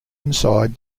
inside